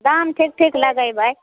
दाम ठीक ठीक लगैबै